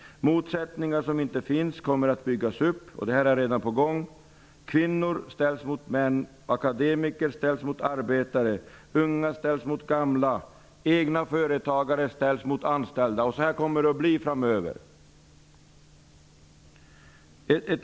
Motsättningar som inte finns kommer att byggas upp. Detta är redan på gång. Kvinnor ställs mot män. Akademiker ställs mot arbetare. Unga ställs mot gamla, och egna företagare ställs mot anställda. Så kommer det att bli framöver.